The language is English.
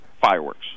fireworks